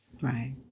Right